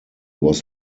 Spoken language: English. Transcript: was